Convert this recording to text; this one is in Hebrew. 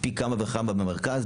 פי כמה וכמה במרכז,